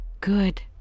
Good